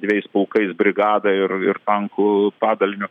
dviejais pulkais brigada ir ir tankų padaliniu